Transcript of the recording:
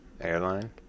airline